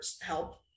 help